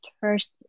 first